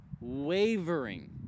wavering